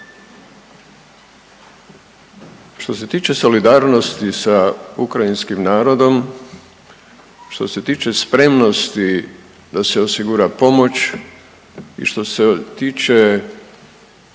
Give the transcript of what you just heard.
Što se tiče solidarnosti sa ukrajinskim narodom, što se tiče spremnosti da se osigura pomoć i što se tiče